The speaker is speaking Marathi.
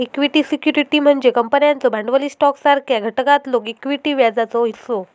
इक्विटी सिक्युरिटी म्हणजे कंपन्यांचो भांडवली स्टॉकसारख्या घटकातलो इक्विटी व्याजाचो हिस्सो